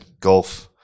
golf